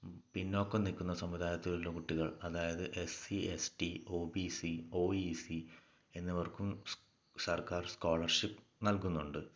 പിന്നോക്കം നിൽക്കുന്ന സമുദായത്തിലുള്ള കുട്ടികൾ അതായത് S C S T O B C O E C എന്നിവർക്കും സർക്കാർ സ്കോളർഷിപ്പ് നൽകുന്നുണ്ട്